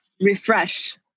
refresh